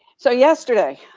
so yesterday,